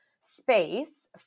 space